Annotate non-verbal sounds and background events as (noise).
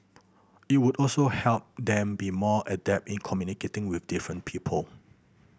it would also help them be more adept in communicating with different people (noise)